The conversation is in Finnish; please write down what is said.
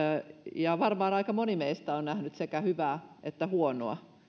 ja varmaan aika moni meistä on nähnyt sekä hyvää että huonoa